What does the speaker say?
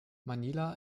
manila